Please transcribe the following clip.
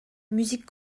musique